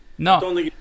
No